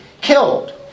killed